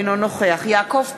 אינו נוכח יעקב פרי,